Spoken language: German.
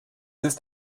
ist